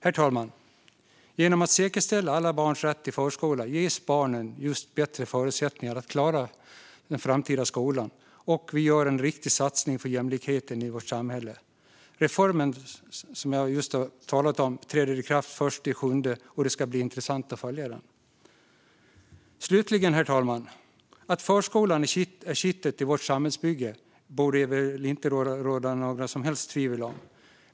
Genom att man säkerställer alla barns rätt till förskola ges barnen bättre förutsättningar att klara den framtida skolan. Det är en viktig satsning på jämlikheten i vårt samhälle. Reformen träder i kraft den 1 juli och ska bli intressant att följa. Herr talman! Att förskolan är kittet i vårt samhällsbygge borde det inte råda några som helst tvivel om.